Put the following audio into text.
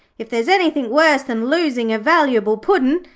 if there's anything worse than losing a valuable puddin,